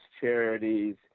Charities